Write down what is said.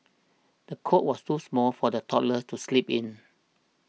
the cot was too small for the toddler to sleep in